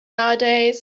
nowadays